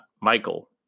Michael